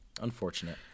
unfortunate